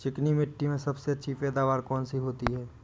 चिकनी मिट्टी में सबसे अच्छी पैदावार कौन सी होती हैं?